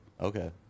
Okay